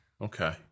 Okay